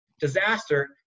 disaster